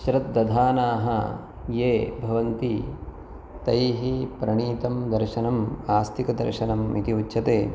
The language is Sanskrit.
श्रद्धदानाः ये भवन्ति तैः प्रणीतं दर्शनम् आस्तिकदर्शनम् इति उच्यते